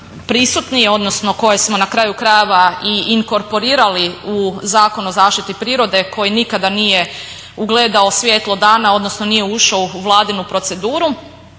prisutni odnosno koje smo na kraju krajeva i inkorporirali u Zakon o zaštiti prirode koji nikada nije ugledao svjetlo dana odnosno nije ušao u Vladinu proceduru.